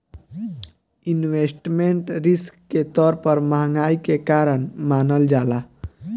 investment risk के तौर पर महंगाई के कारण मानल जाला